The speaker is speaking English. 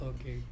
Okay